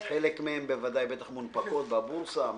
חלק מהם בוודאי בטח מונפקות בבורסה.